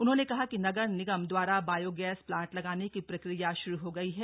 उन्होंने कहा कि नगर निगम दवारा बायोगैस प्लांट लगाने की प्रक्रिया श्रू हो गई है